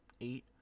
eight